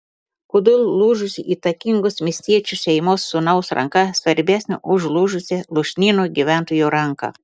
kodėl lūžusi įtakingos miestiečių šeimos sūnaus ranka svarbesnė už lūžusią lūšnyno gyventojo ranką